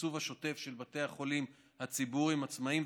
לתקצוב השוטף של בתי החולים הציבוריים העצמאיים,